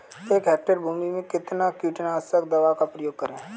एक हेक्टेयर भूमि में कितनी कीटनाशक दवा का प्रयोग करें?